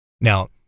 Now